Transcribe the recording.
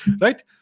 right